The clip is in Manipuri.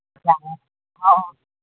ꯑꯧ ꯑꯧ